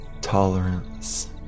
tolerance